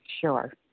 Sure